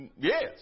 Yes